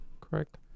Correct